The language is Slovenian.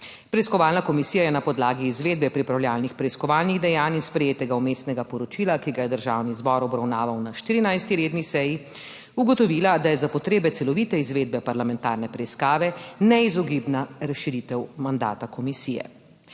Preiskovalna komisija je na podlagi izvedbe pripravljalnih preiskovalnih dejanj in sprejetega vmesnega poročila, ki ga je Državni zbor obravnaval na 14. redni seji, ugotovila, da je za potrebe celovite izvedbe parlamentarne preiskave neizogibna razširitev mandata komisije.